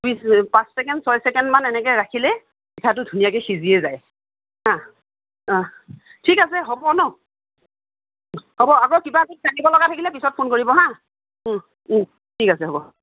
পাঁচ ছেকেণ্ড ছয় ছেকেণ্ড মান এনেকৈ ৰাখিলেই পিঠাটো ধুনীয়াকৈ সিজিয়েই যায় হাঁ ঠিক আছে হ'ব ন হ'ব আকৌ কিবা ঠিক জানিব লগা থাকিলে পিছত ফোন কৰিব হাঁ ঠিক আছে হ'ব